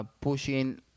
Pushing